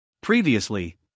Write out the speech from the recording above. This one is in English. Previously